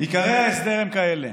עיקרי ההסדר הם כאלה: